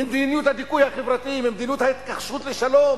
ממדיניות הדיכוי החברתי, ממדיניות ההתכחשות לשלום,